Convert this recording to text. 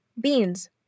Beans